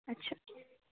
अच्छा